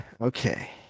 okay